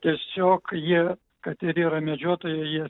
tiesiog jie kad ir yra medžiotojai jie